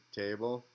table